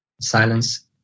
silence